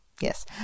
Yes